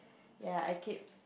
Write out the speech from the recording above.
ya I keep